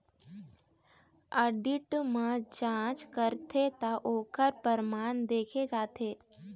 audit म जांच करथे त ओखर परमान देखे जाथे